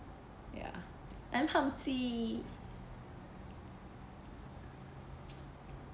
ya I'm hum chi